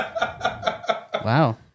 Wow